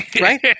right